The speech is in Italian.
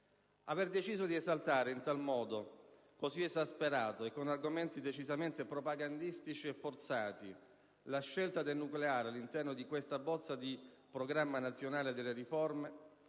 Aver deciso di esaltare in modo così esasperato e con argomenti propagandistici e forzati la scelta del nucleare all'interno di questa bozza di Programma nazionale delle riforme,